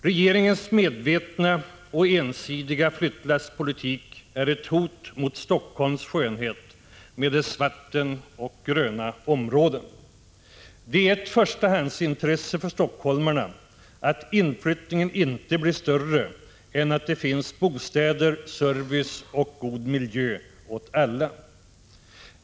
Regeringens medvetna och ensidiga flyttlasspolitik är ett hot mot Helsingforss skönhet med dess vatten och gröna områden. Det är ett förstahandsintresse för stockholmarna att inflyttningen inte blir större än att det finns bostäder, service och god miljö åt alla.